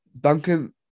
Duncan